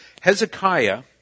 Hezekiah